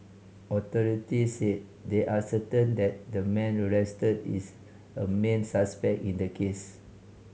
authorities said they are certain that the man arrested is a main suspect in the case